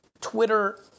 Twitter